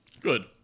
Good